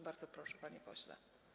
Bardzo proszę, panie pośle.